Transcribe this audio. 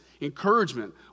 encouragement